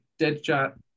deadshot